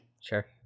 Sure